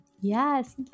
Yes